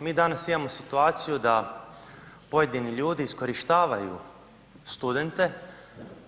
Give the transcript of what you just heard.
Mi danas imamo situaciju da pojedini ljudi iskorištavaju studente